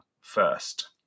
first